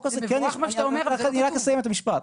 תבורך על מה שאתה אומר, רק זה לא כתוב.